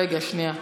רגע, שנייה.